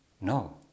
no